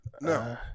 No